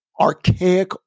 archaic